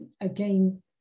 again